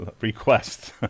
request